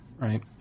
right